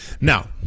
Now